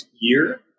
year